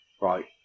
Right